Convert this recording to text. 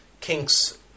Kinks